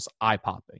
eye-popping